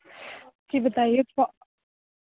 जी बताइए क्या